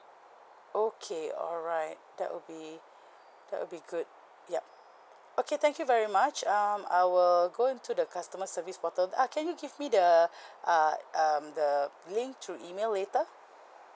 okay alright that will be that will be good yup okay thank you very much um I will go into the customer service portal uh can you give me the uh um the link through email later